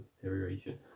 deterioration